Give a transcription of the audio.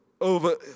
over